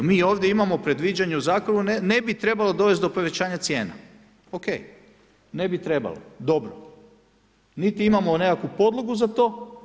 Mi ovdje imamo u predviđanju u zakonu ne bi trebalo dovesti do povećanja cijena, o.k. ne bi trebalo, dobro, niti imamo nekakvu podlogu za to.